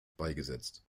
beigesetzt